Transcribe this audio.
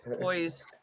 poised